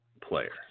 player